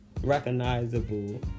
recognizable